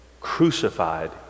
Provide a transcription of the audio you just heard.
crucified